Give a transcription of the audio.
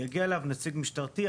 יגיע אליו נציג משטרתי,